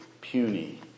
puny